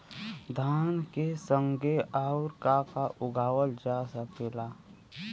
धान के संगे आऊर का का उगावल जा सकेला?